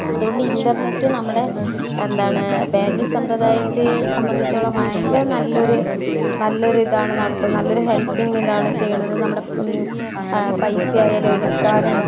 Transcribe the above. അതുകൊണ്ട് ഇൻറ്റർനെറ്റ് നമ്മുടെ എന്താണ് ബാങ്കിങ് സമ്പ്രദായത്തെ സംബന്ധിച്ചിടത്തോളം ഭയങ്കര നല്ലൊരു നല്ലൊരു ഇതാണ് നടത്തുന്നത് നല്ലൊരു ഹെൽപ്പിങ് ഇതാണ് ചെയ്യുന്നത് നമ്മുടെ പൈസ ആയാലും എടുക്കാനും